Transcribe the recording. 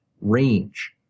range